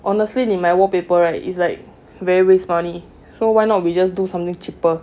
honestly 你买 wall paper right is like very waste money so why not we just do something cheaper